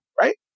right